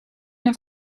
have